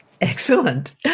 Excellent